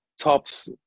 Tops